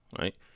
right